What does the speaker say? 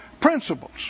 principles